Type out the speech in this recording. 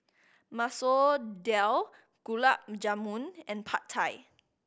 Masoor Dal Gulab Jamun and Pad Thai